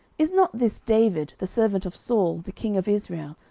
is not this david, the servant of saul the king of israel,